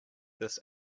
this